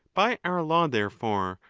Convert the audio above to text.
by our law, therefore,